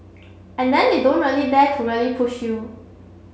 and then they don't really dare to really push you